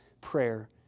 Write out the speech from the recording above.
prayer